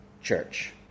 church